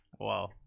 wow